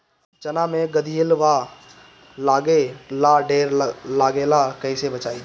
चना मै गधयीलवा लागे ला ढेर लागेला कईसे बचाई?